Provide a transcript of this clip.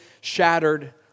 shattered